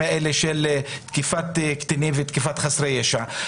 האלה של תקיפת קטינים ותקיפת חסרי ישע,